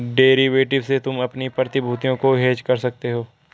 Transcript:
derivative से तुम अपनी प्रतिभूतियों को हेज कर सकते हो